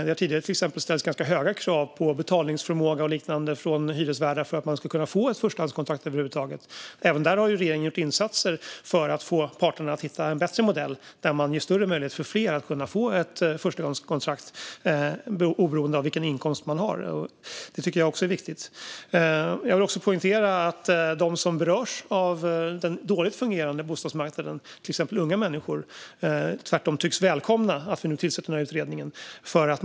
Tidigare har det till exempel ställts ganska höga krav på betalningsförmåga och liknande från hyresvärdar för att man över huvud taget ska kunna få ett förstahandskontrakt. Även där har regeringen gjort insatser för att få parterna att hitta en bättre modell som ger fler större möjlighet att få ett förstahandskontrakt, oberoende av vilken inkomst man har. Det tycker jag också är viktigt. Jag vill även poängtera att de som berörs av den dåligt fungerande bostadsmarknaden, till exempel unga människor, tycks välkomna att vi tillsätter den här utredningen.